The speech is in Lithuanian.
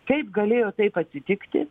kaip galėjo taip atsitikti